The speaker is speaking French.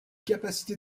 capacité